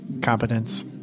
Competence